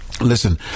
listen